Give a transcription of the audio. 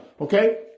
okay